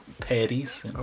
patties